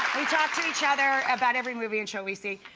we talk to each other about every movie and show we see.